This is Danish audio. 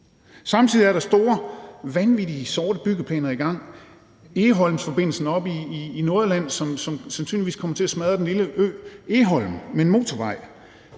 samtidig store, vanvittige sorte byggeplaner i gang: Egholmforbindelsen oppe i Nordjylland, som sandsynligvis kommer til at smadre den lille ø Egholm med en motorvej;